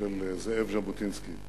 של זאב ז'בוטינסקי,